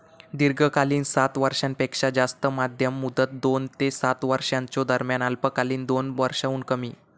दीर्घकालीन सात वर्षांपेक्षो जास्त, मध्यम मुदत दोन ते सात वर्षांच्यो दरम्यान, अल्पकालीन दोन वर्षांहुन कमी